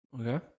Okay